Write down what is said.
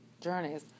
journeys